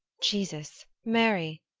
jesus! mary!